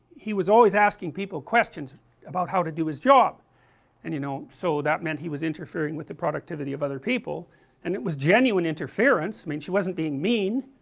he was always asking people questions about how to do his job and you know so that meant he was interfering with the productivity of other people and it was genuine interference, i mean, she wasn't being mean